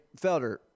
Felder